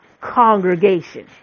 congregation